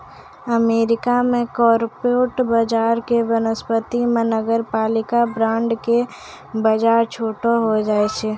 America मे corporate बजारो के वनिस्पत मे नगरपालिका बांड के बजार छोटो होय छै